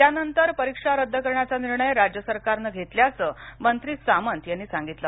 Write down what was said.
त्यानंतरच परिक्षा रद्द करण्याचा निर्णय राज्य सरकारनं घेतल्याचं मंत्री सामंत यांनी सांगितलं